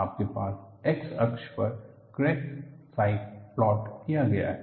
आपके पास x अक्ष पर क्रैक साइज़ प्लॉट किया गया है